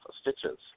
Stitches